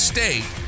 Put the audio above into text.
State